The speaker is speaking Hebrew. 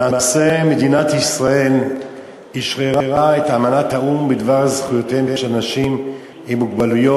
למעשה מדינת ישראל אשררה את אמנת האו"ם בדבר זכויות אנשים עם מוגבלות